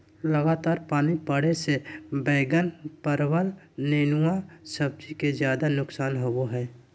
लगातार पानी पड़े से बैगन, परवल, नेनुआ सब्जी के ज्यादा नुकसान होबो हइ